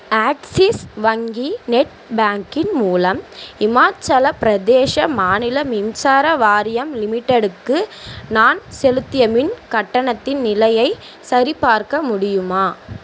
axis வங்கி net banking மூலம் இமாச்சலப் பிரதேஷ மாநில மின்சார வாரியம் லிமிட்டெடுக்கு நான் செலுத்திய மின் கட்டணத்தின் நிலையைச் சரிபார்க்க முடியுமா